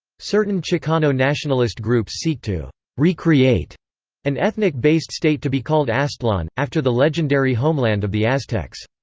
certain chicano nationalist groups seek to recreate an ethnic-based state to be called aztlan, after the legendary homeland of the aztecs.